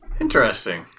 Interesting